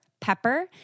pepper